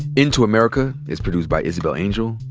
into america is produced by isabel angel,